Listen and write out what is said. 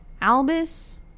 Albus